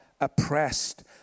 oppressed